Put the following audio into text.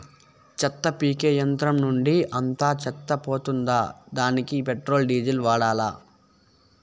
చెత్త పీకే యంత్రం నుండి అంతా చెత్త పోతుందా? దానికీ పెట్రోల్, డీజిల్ వాడాలా?